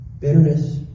Bitterness